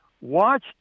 Watch